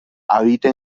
habita